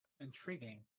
Intriguing